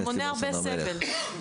זה מונע הרבה סבל.